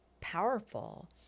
powerful